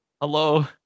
hello